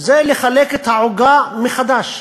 וזה לחלק את העוגה מחדש.